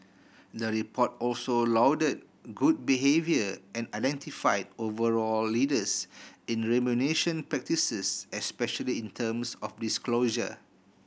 the report also lauded good behaviour and identified overall leaders in remuneration practices especially in terms of disclosure